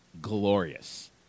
glorious